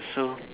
so